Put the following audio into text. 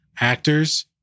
actors